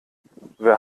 wer